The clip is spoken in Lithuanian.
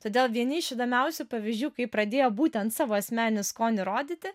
todėl vieni iš įdomiausių pavyzdžių kai pradėjo būtent savo asmeninį skonį rodyti